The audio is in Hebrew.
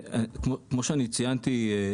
כמו שציינתי,